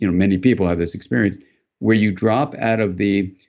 you know many people have this experience where you drop out of the.